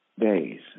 days